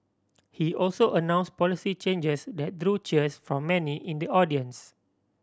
he also announce policy changes that drew cheers from many in the audience